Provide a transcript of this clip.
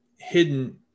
hidden